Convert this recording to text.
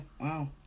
Wow